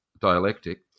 dialectic